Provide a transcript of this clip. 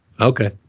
Okay